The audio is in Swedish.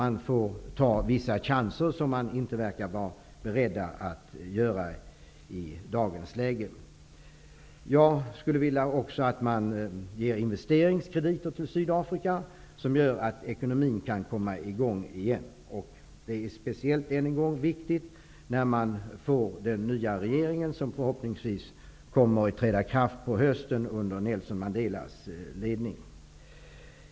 Man får också ta vissa chanser som man inte verkar vara beredd att ta i dagens läge. Jag skulle också vilja att man ger investeringskrediter till Sydafrika, vilket gör att ekonomin kan komma i gång igen. Det är speciellt viktigt att man får en ny regering, som förhoppningsvis kommer att träda i kraft under hösten under Nelson Mandelas ledning.